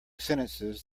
sentences